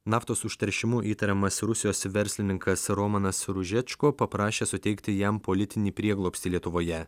naftos užteršimu įtariamas rusijos verslininkas romanas ružiečko paprašė suteikti jam politinį prieglobstį lietuvoje